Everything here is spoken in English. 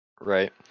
right